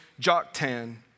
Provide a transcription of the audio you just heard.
Joktan